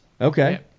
Okay